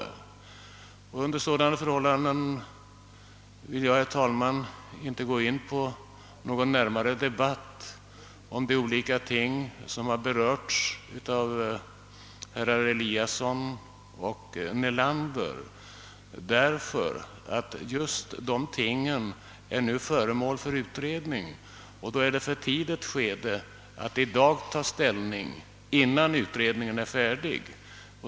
Under sådana förhållanden vill jag, herr talman, inte gå in på någon närmare debatt om de ting som har berörts av herrar Eliasson i Sundborn och Nelander. De tingen är nu föremål för utredning, och det är för tidigt att ta ställning till dem innan utredningarna är färdiga.